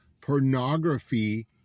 pornography